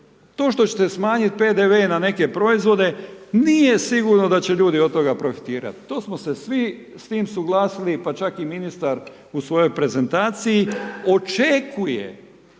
To što ćete smanjiti PDV na neke proizvode, nije sigurno da će ljudi od toga profitirati, to smo se svi s tim suglasili pa čak i ministar u svojoj prezentaciji, očekuje